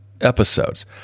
episodes